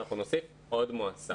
אנחנו נוסיף עוד מועסק.